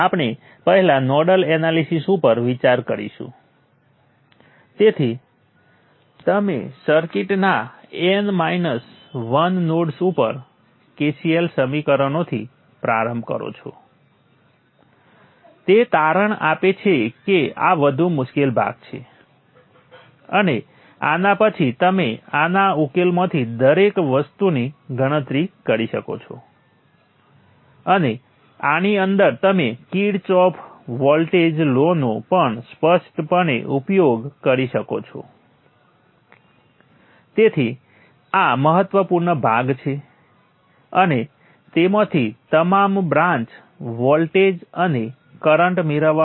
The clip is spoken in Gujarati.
આપણે દરેક વોલ્ટેજ અને દરેક કરંટ માટે ઉકેલ લાવવા માગતા હતા પરંતુ આમ કરવાથી કામનો મહત્વનો ભાગ પહેલેથી જ પૂરો થઈ ગયો છે પછી અમારે માત્ર એ ઓળખવાનું છે કે દરેક કોમ્પોનન્ટ ક્યા નોડ્સ વચ્ચે જોડાયેલ છે કે કિર્ચોફના વોલ્ટેજ લૉના નજીવા ઉપયોગથી આપણને બધા વોલ્ટેજ મળશે